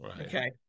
okay